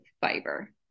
fiber